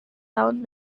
tahun